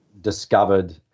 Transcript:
discovered